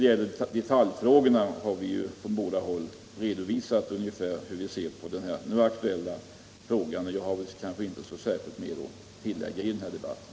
I detaljfrågorna har vi från båda håll redovisat hur vi ser på den nu aktuella frågan. Jag har därför inte särskilt mycket mer att tillägga i den här debatten.